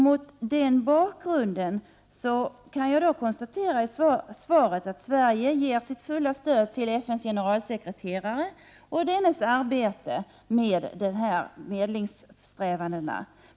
Mot den bakgrunden kan jag konstatera i svaret att Sverige ger sitt fulla stöd till FN:s generalsekreterare och dennes arbete med medlingssträvandena.